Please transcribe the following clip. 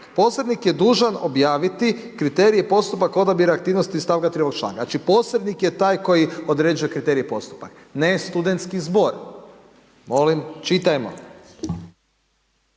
posrednik je dužan objaviti kriterije i postupak odabira aktivnosti iz stavka 3. ovog članka, znači posrednik je taj koji određuje kriterije i postupak, ne studentski zbor, molim čitajmo.